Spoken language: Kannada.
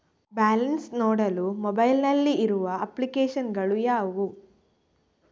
ಬ್ಯಾಲೆನ್ಸ್ ನೋಡಲು ಮೊಬೈಲ್ ನಲ್ಲಿ ಇರುವ ಅಪ್ಲಿಕೇಶನ್ ಗಳು ಯಾವುವು?